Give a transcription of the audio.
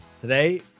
Today